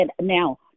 now